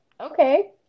okay